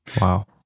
Wow